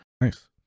nice